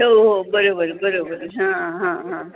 हो हो बरं बरं बरं बरं हां हां हां